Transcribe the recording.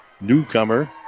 Newcomer